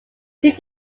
two